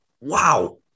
wow